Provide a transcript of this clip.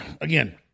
again